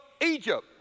Egypt